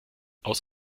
aus